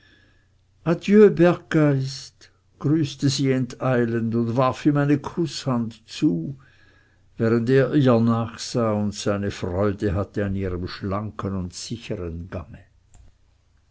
berggeist grüßte sie enteilend und warf ihm eine kußhand zu während er ihr nachsah und seine freude hatte an ihrem schlanken und sichern gange